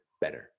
better